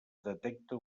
detecta